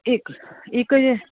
इक